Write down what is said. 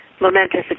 momentous